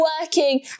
working